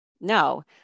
No